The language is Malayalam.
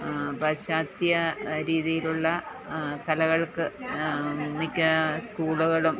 പാശ്ചാത്യ രീതിയിലുള്ള കലകൾക്ക് മിക്ക സ്കൂളുകളും